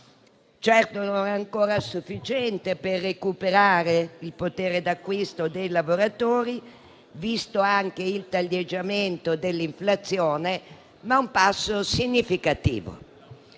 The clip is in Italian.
Certo, non è ancora sufficiente per recuperare il potere d'acquisto dei lavoratori, visto anche il taglieggiamento dell'inflazione, ma è un passo significativo.